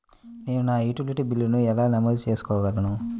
నేను నా యుటిలిటీ బిల్లులను ఎలా నమోదు చేసుకోగలను?